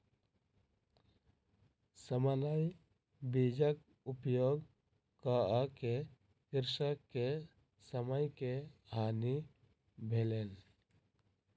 सामान्य बीजक उपयोग कअ के कृषक के समय के हानि भेलैन